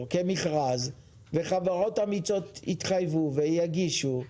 כמכרז אז חברות אמיצות יתחייבו ויגישו.